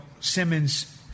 Simmons